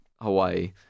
Hawaii